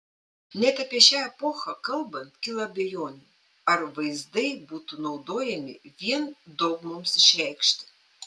net apie šią epochą kalbant kyla abejonių ar vaizdai būtų naudojami vien dogmoms išreikšti